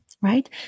right